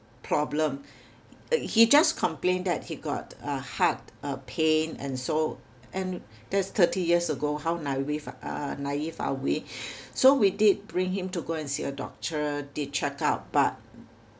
problem uh he just complained that he got uh heart uh pain and so and that's thirty years ago how naive uh naive are we so we did bring him to go and see a doctor did check-up but